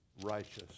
righteous